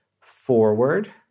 forward